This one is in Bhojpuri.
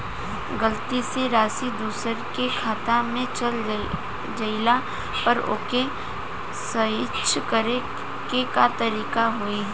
गलती से राशि दूसर के खाता में चल जइला पर ओके सहीक्ष करे के का तरीका होई?